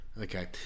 Okay